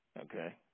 okay